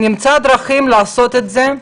נמצא דרכים לעשות את זה.